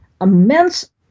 immense